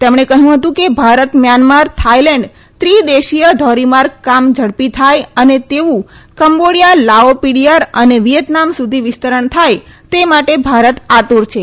તેમણે કહ્યું હતું કે ભારત મ્યાનમાર થાયલેન્ડ ત્રિ દેશીય ધોરીમાર્ગ કામ ઝડપી થાય અને તેવુ કંબોડીયા લાઓ પીડીઆર અને વિયેતનામ સુધી વિસ્તરણ થાય તે માટે ભારત આતુર છે